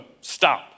stop